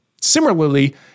Similarly